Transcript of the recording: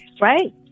Right